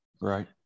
right